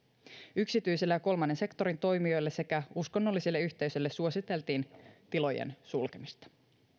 yksityisille ja kolmannen sektorin toimijoille sekä uskonnollisille yhteisöille suositeltiin tilojen sulkemista